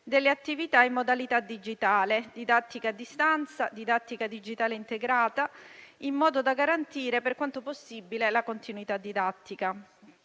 delle attività in modalità digitale (didattica a distanza, didattica digitale integrata), in modo da garantire per quanto possibile la continuità didattica.